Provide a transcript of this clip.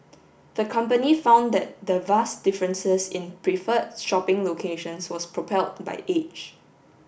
the company found that the vast differences in preferred shopping locations was propelled by age